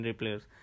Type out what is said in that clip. players